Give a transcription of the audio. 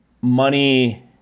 money